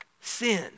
sin